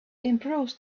improves